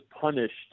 punished